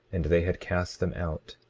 and they had cast them out,